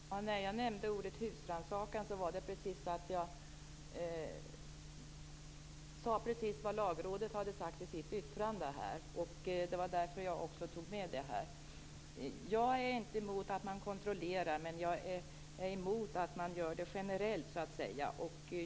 Fru talman! När jag nämnde ordet husrannsakan sade jag precis vad Lagrådet hade sagt i sitt yttrande. Det var därför jag också tog med det här. Jag är inte emot att man kontrollerar, men jag är emot att man gör det så att säga generellt.